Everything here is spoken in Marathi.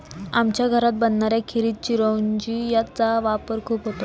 आमच्या घरात बनणाऱ्या खिरीत चिरौंजी चा वापर खूप होतो